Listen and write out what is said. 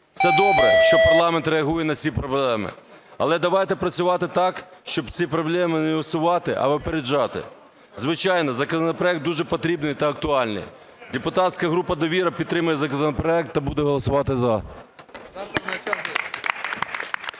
Це добре, що парламент реагує на ці проблеми. Але давайте працювати так, щоб ці проблеми не усувати, а попереджати. Звичайно законопроект дуже потрібний та актуальний. Депутатська група "Довіра" підтримує законопроект та буде голосувати – за.